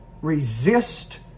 Resist